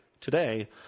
Today